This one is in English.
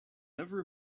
never